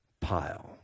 pile